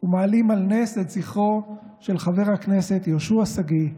ומעלים על נס את זכרו של חבר הכנסת יהושע שגיא,